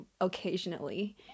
occasionally